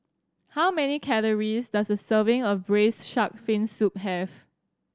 how many calories does a serving of Braised Shark Fin Soup have